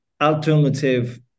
alternative